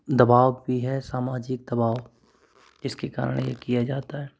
दबाव भी है सामाजिक दबाव जिसके कारण ये किया जाता है